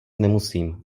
nemusím